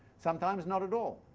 sometimes not at all.